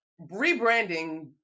rebranding